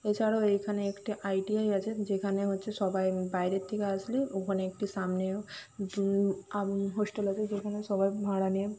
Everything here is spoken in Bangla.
এছাড়াও এইখানে একটি আই টি আই আছে যেখানে হচ্ছে সবাই বাইরের থেকে আসলে ওখানে একটি সামনেও আম হোস্টেল আছে যেখানে সবার ভাড়া নিয়ে